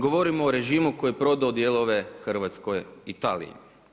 Govorimo o režimu koji je prodao dijelove Hrvatskoj Italiji.